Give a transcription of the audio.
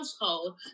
household